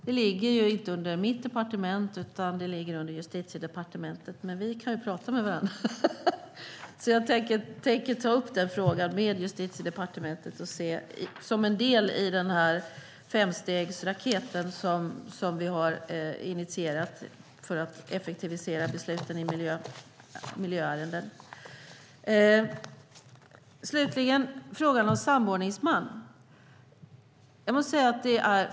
Det ligger inte under mitt departement utan under Justitiedepartementet, men vi kan ju tala med varandra. Jag tänker ta upp frågan med Justitiedepartementet som en del i den femstegsraket som vi initierat för att effektivisera besluten i miljöärenden. Slutligen vill jag säga något om frågan om samordningsman.